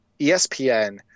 ESPN